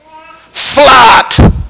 Flat